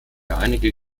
einige